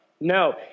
No